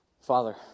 Father